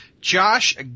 Josh